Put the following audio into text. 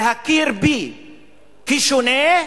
להכיר בי כשונה,